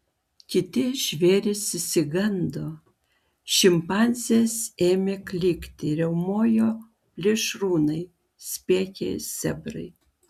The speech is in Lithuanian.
kiti žvėrys išsigando šimpanzės ėmė klykti riaumojo plėšrūnai spiegė zebrai